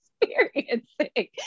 experiencing